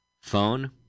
Phone